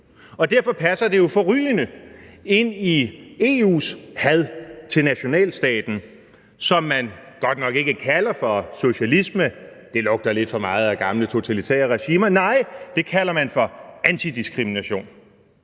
Derfor passer det jo forrygende ind i EU's had til nationalstaten, som man godt nok ikke kalder for socialisme, for det lugter lidt for meget af gamle totalitære regimer. Nej, det kalder man for antidiskrimination.